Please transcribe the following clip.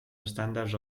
estàndards